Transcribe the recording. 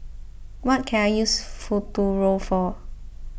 what can I use Futuro for